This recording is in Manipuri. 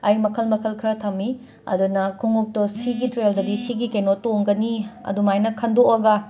ꯑꯩ ꯃꯈꯜ ꯃꯈꯜ ꯈꯔ ꯊꯝꯃꯤ ꯑꯗꯨꯅ ꯈꯨꯡꯎꯞꯇꯣ ꯁꯤꯒꯤ ꯇ꯭ꯔꯦꯜꯗꯗꯤ ꯁꯤꯒꯤ ꯀꯦꯅꯣ ꯇꯣꯡꯒꯅꯤ ꯑꯗꯨꯃꯥꯏꯅ ꯈꯟꯗꯣꯛꯑꯒ ꯑꯩ